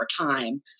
time